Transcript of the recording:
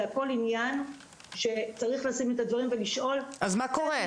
זה הכול עניין שצריך לשים את הדברים ולשאול --- אז מה קורה?